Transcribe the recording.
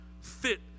fit